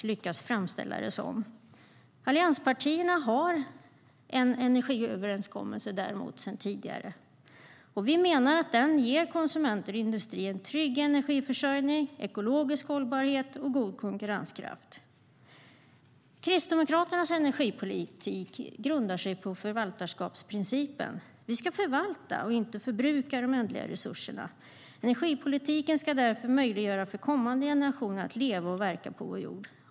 Allianspartierna har däremot en energiöverenskommelse sedan tidigare, och vi menar att den ger konsumenter och industri en trygg energiförsörjning, ekologisk hållbarhet och god konkurrenskraft. Kristdemokraternas energipolitik grundar sig på förvaltarskapsprincipen. Vi ska förvalta, inte förbruka, de ändliga resurserna. Energipolitiken ska därför möjliggöra för kommande generationer att leva och verka på vår jord.